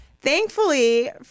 Thankfully